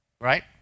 right